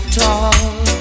talk